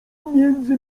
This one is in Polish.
między